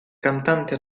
cantante